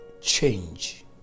change